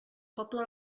poble